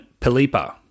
Pelipa